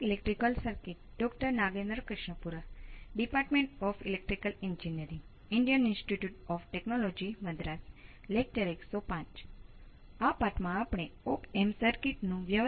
અત્યાર સુધી મેં સર્કિટ હોય છે